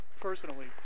personally